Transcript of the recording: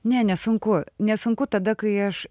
ne nesunku nesunku tada kai aš